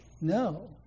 No